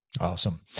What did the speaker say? Awesome